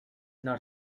not